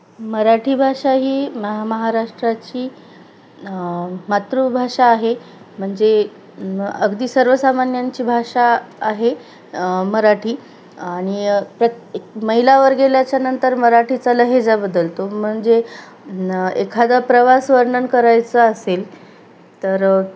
मराठी भाषा ही म महाराष्ट्राची मातृभाषा आहे म्हणजे अगदी सर्वसामान्यांची भाषा आहे मराठी आणि प्र मैलावर गेल्याच्यानंतर मराठीचा लहेजा बदलतो म्हणजे एखादा प्रवास वर्णन करायचं असेल तर